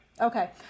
Okay